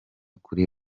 kuri